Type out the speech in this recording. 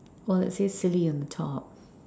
well it says silly on the top